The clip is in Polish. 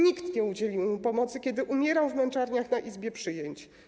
Nikt nie udzielił mu pomocy, kiedy umierał w męczarniach na izbie przyjęć.